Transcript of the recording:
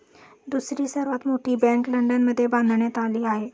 दुसरी सर्वात मोठी बँक लंडनमध्ये बांधण्यात आली आहे